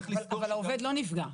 אבל העובד לא נפגע.